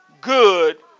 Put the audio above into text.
good